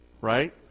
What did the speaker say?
right